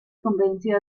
convenció